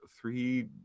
three